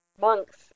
monks